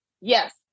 Yes